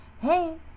Hey